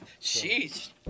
Jeez